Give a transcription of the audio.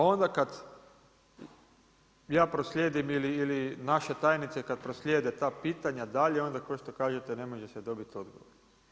Onda kad ja proslijedim ili naše tajnice kad proslijede ta pitanja dalje, onda kao što kažete, ne možete se dobiti odgovor.